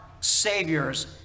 savior's